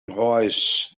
nghoes